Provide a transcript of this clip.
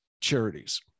charities